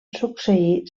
succeir